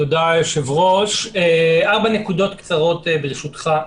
תודה, היושב-ראש, ארבע נקודות קצרות, ברשותך.